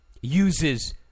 uses